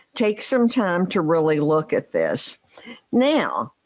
take some time to really look at this now.